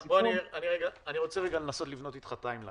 אני רוצה לנסות לבנות אתך לוח זמנים,